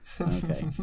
okay